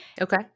Okay